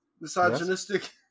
misogynistic